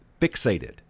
fixated